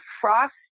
frost